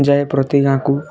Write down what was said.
ଯାଏ ପ୍ରତି ଗାଁକୁ